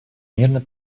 мирный